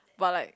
but like